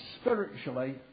spiritually